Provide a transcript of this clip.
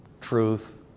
truth